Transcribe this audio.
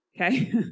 Okay